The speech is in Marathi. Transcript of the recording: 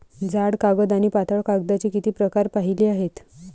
जाड कागद आणि पातळ कागदाचे किती प्रकार पाहिले आहेत?